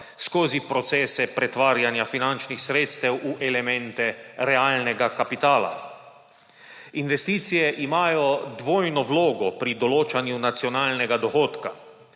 skozi procese pretvarjanja finančnih sredstev v elemente realnega kapitala. Investicije imajo dvojno vlogo pri določanju nacionalnega dohodka.